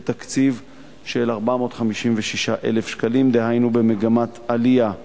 בתקציב של 456,000 שקלים, דהיינו מגמת עלייה.